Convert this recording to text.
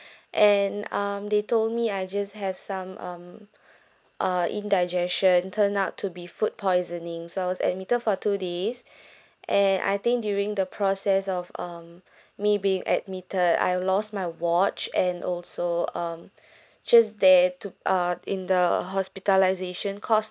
and um they told me I just have some um uh indigestion turned out to be food poisoning so I was admitted for two days and I think during the process of um me being admitted I lost my watch and also um just there to uh in the hospitalization cost